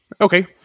Okay